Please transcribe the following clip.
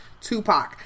Tupac